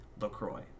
LaCroix